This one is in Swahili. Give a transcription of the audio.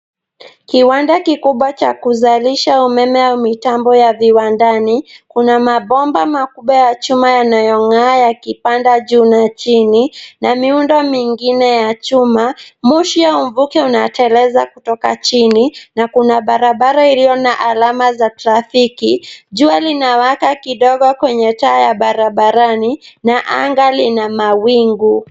Kiwanda kikubwa cha kuzalisha umeme au mitambo ya viwandani. Kuna mabomba makubwa ya chuma yanayongaa yakipanda juu na chini na miundo mingine ya chuma. Moshi au mvuke unateleza kutoka chini na kuna bara bara iliyo na alama za tafiki. Jua linawaka kidogo kwenye taa ya barabarani na anga lina mawingu.